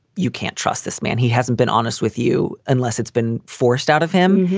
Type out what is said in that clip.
you can't trust this man. he hasn't been honest with you unless it's been forced out of him.